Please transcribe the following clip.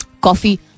coffee